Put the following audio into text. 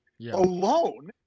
alone